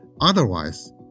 Otherwise